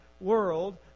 world